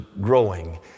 growing